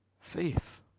faith